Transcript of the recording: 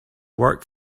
work